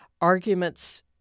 arguments